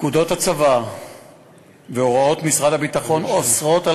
פקודות הצבא והוראות משרד הביטחון אוסרות על